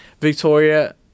Victoria